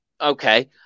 okay